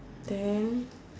ten